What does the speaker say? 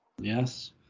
Yes